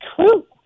true